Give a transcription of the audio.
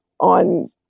On